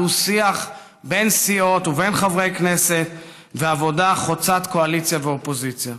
דו-שיח בין סיעות ובין חברי כנסת ועבודה חוצת קואליציה ואופוזיציה.